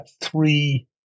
three